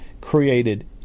created